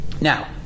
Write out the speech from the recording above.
Now